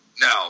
No